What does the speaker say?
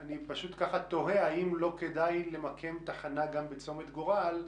אני פשוט תוהה אם לא כדאי למקם תחנה גם בצומת גורל,